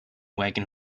wagon